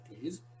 please